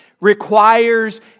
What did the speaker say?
Requires